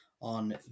on